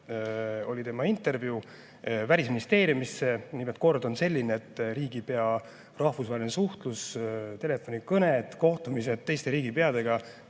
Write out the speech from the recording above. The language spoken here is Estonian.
oli tema intervjuu. Välisministeeriumis nimelt kord on selline, et riigipea rahvusvaheline suhtlus – telefonikõned, kohtumised teiste riigipeadega